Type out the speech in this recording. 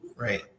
Right